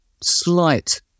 slight